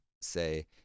say